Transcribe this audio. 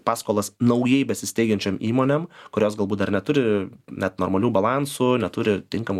paskolas naujai besisteigiančiom įmonėm kurios galbūt dar neturi net normalių balansų neturi tinkamų